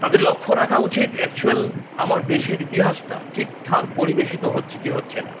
তাদের লক্ষ্য রাখা উচিত অ্যাকচুয়াল আমার দেশের ইতিহাসটা ঠিকঠাক পরিবেশিত হচ্ছে কি হচ্ছে না